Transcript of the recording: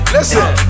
Listen